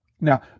Now